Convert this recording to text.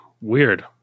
weird